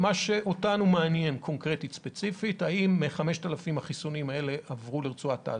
מה שאותנו מעניין ספציפית זה האם 5,000 החיסונים האלה עברו לרצועת עזה,